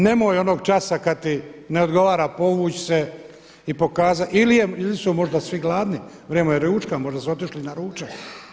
Nemoj onoga časa kada ti ne odgovara povući se, ili su možda svi gladni, vrijeme je ručka, možda su otišli na ručak.